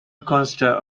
costa